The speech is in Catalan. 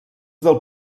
del